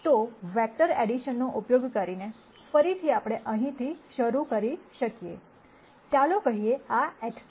તો વેક્ટર એડિશનનો ઉપયોગ કરીને ફરીથી આપણે અહીંથી શરૂ કરી શકીએ ચાલો કહીએ આ x છે